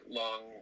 long